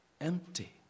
empty